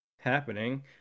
happening